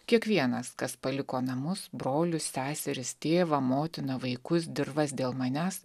kiekvienas kas paliko namus brolius seseris tėvą motiną vaikus dirvas dėl manęs